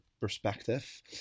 perspective